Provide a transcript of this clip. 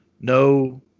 no